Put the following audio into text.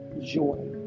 joy